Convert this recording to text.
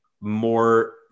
more